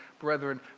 brethren